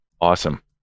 Awesome